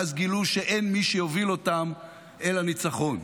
ואז גילו שאין מי שיוביל אותם אל הניצחון.